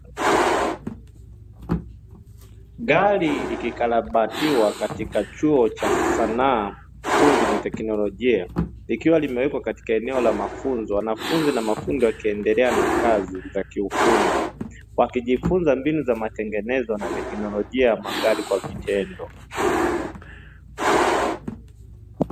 Gari likikalabatiwa katika chuo cha sanaa ufundi na teknolojia likiwa limewekwa katika eneo la mafunzo; wanafunzi na mafundi wakiendelea na kazi za kiufundi wakijifunza mbinu za matengenezo na teknolojia ya magari kwa vitendo.